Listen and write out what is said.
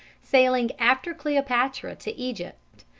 sailing after cleopatra to egypt,